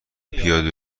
پیاده